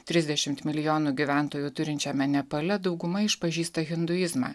trisdešimt milijonų gyventojų turinčiame nepale dauguma išpažįsta hinduizmą